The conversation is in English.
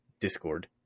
discord